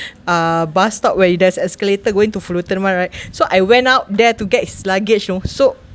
uh bus stop where there's escalator going to Fullerton [one] right so I went out there to get his luggage you know so